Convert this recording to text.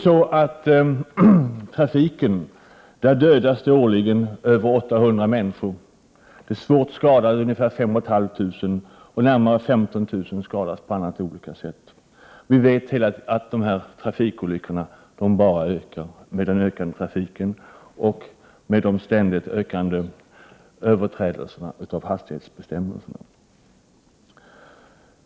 I trafiken dödas årligen över 800 människor, svårt skadade blir ungefär 5 500. Närmare 15 000 människor skadas årligen på annat sätt. Vi vet att trafikolyckorna bara ökar med den ökande trafiken och med de ständigt ökande överträdelserna av hastighetsbestämmelserna.